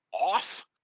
off